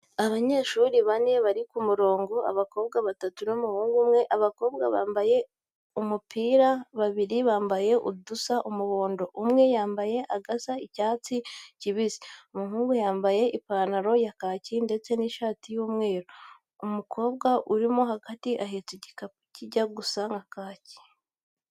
Abanyeshuri bane bari ku murongo; abakobwa batatu n'umuhungu umwe. Abakobwa bambaye udupira, babiri bambaye udusa umuhondo, umwe yambaye agasa icyatsi kibisi, umuhungu yambaye ipantaro ya kaki ndetse n'ishati y'umweru. Umukobwa urimo hagati ahetse igikapu kijya gusa kaki.